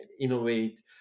innovate